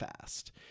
fast